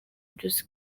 byose